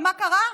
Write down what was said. ומה קרה?